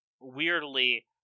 weirdly